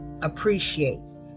appreciates